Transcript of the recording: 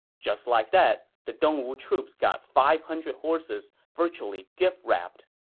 just like that, the dongwu troops got five hundred horses virtually gift-wrapped